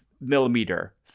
millimeter